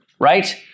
right